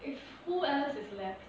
if who else is left